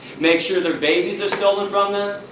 make sure their babies are stolen from them,